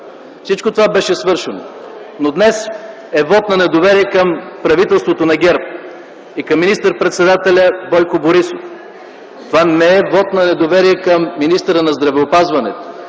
Всичко това беше свършено. Но, днес е вот на недоверие към правителството на ГЕРБ и към министър-председателя Бойко Борисов. Това не е вот на недоверие към министъра на здравеопазването,